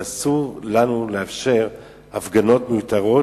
ואסור לנו לאפשר הפגנות מיותרות.